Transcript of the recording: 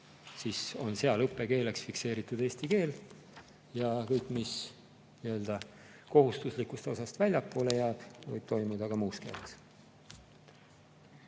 siis on seal õppekeeleks fikseeritud eesti keel ja kõik, mis kohustuslikust osast väljapoole jääb, võib toimuda ka muus keeles.